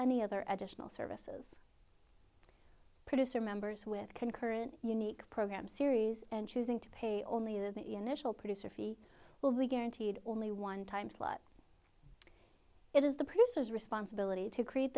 any other educational services producer members with concurrent unique program series and choosing to pay only the initial producer fee will be guaranteed only one timeslot it is the producer's responsibility to create